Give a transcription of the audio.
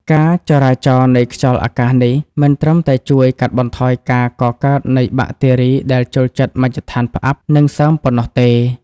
ការចរាចរនៃខ្យល់អាកាសនេះ មិនត្រឹមតែជួយកាត់បន្ថយការកកើតនៃបាក់តេរីដែលចូលចិត្តមជ្ឈដ្ឋានផ្អាប់ និងសើមប៉ុណ្ណោះទេ។